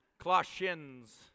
Colossians